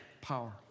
power